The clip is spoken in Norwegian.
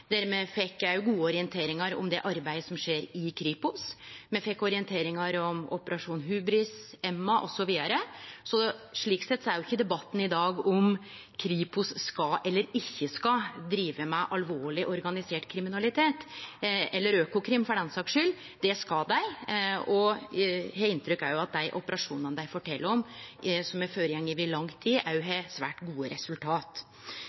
der me fekk gode orienteringar om det arbeidet som skjer i Kripos. Me fekk orienteringar om operasjon Hubris, operasjon Emma osv., så slik sett er jo ikkje debatten i dag om Kripos skal eller ikkje skal jobbe med alvorleg organisert kriminalitet, eller Økokrim for den del, det skal dei, og eg har inntrykk av at dei operasjonane dei fortel om, som har vart i lang tid, også har svært gode resultat.